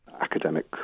academic